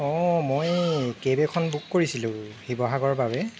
অঁ মই এই কেব এখন বুক কৰিছিলোঁ শিৱসাগৰৰ বাবে